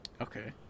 okay